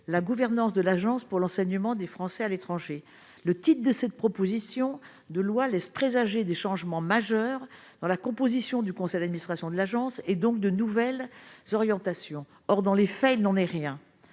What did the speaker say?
la gouvernance de l'Agence pour l'enseignement des Français à l'étranger, le type de cette proposition de loi laisse présager des changements majeurs dans la composition du conseil d'administration de l'agence, et donc de nouvelles orientations, or dans les faits, il n'en est rien